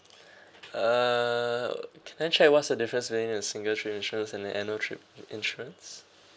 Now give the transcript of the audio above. uh can I check what's the difference between a single trip insurance and annual trip insurance